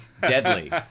Deadly